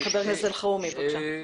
חבר הכנסת אלחרומי, בבקשה.